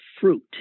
fruit